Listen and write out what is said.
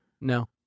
No